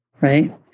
right